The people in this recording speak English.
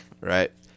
right